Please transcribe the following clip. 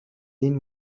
این